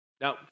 Now